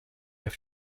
have